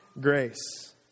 grace